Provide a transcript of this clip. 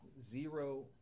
zero